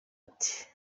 ati